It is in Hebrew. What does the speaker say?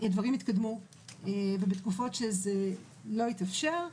דברים התקדמו ובתקופות שזה לא התאפשר,